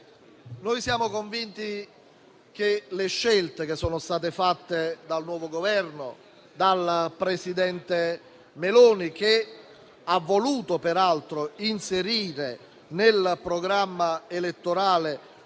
Noi siamo convinti che le scelte che sono state fatte dal nuovo Governo e dal presidente Meloni, che peraltro ha voluto inserire nel programma elettorale